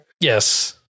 Yes